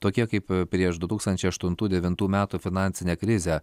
tokie kaip prieš du tūkstančiai aštuntų devintų metų finansinę krizę